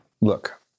Look